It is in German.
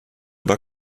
war